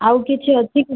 ଆଉ କିଛି ଅଛି କି